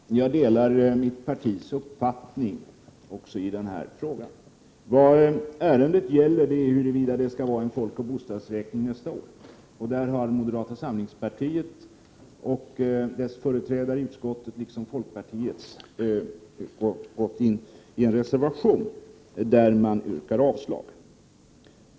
Herr talman! Jag delar mitt partis uppfattning också i denna fråga. Vad ärendet gäller är huruvida det skall vara en folkoch bostadsräkning nästa år. Där har moderata samlingspartiet och dess företrädare i utskottet liksom folkpartiet skrivit en reservation, där man yrkar avslag på ett sådant förslag.